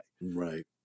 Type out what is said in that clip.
Right